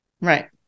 Right